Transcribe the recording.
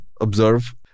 observe